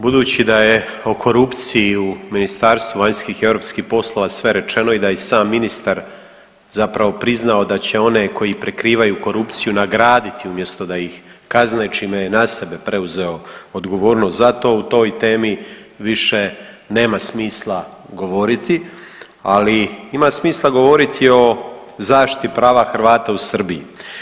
Budući da je o korupciji u Ministarstvu vanjskih i europskih poslova sve rečeno i da je i sam ministar zapravo priznao da će one koji prikrivaju korupciju nagraditi umjesto da ih kazne čime je na sebe preuzeo odgovornost za to o toj temi više nema smisla govoriti, ali ima smisla govoriti o zaštiti prava Hrvata u Srbiji.